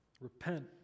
Repent